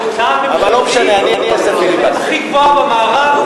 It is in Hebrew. שהיא הכי גדולה במערב,